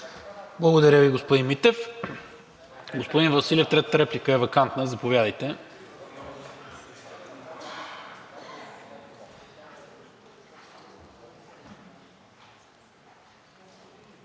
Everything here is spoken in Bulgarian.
Благодаря Ви, господин Митев. Господин Василев, третата реплика е вакантна, заповядайте.